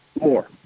more